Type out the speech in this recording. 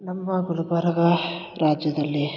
ನಮ್ಮ ಗುಲ್ಬರ್ಗ ರಾಜ್ಯದಲ್ಲಿ